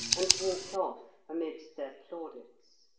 and walked off amidst their plaudits.